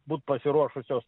būt pasiruošusios